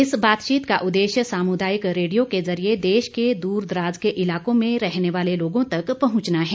इस बातचीत का उद्देश्य सामुदायिक रेडियो के जरिए देश के दूरदराज के इलाकों में रहने वाले लोगों तक पहुंचना है